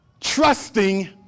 Trusting